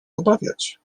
obawiać